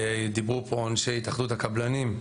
דיברו פה אנשי התאחדות הקבלנים,